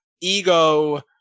Ego